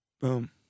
Boom